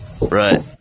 Right